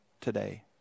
today